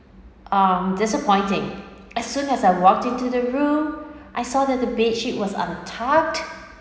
um disappointing as soon as I walked in to the room I saw that the bedsheet was untucked